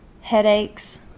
headaches